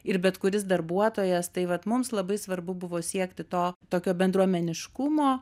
ir bet kuris darbuotojas tai vat mums labai svarbu buvo siekti to tokio bendruomeniškumo